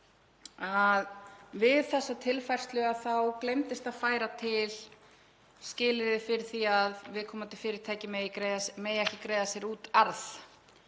við þessa tilfærslu gleymdist að færa til skilyrði fyrir því að viðkomandi fyrirtæki megi ekki greiða sér út arð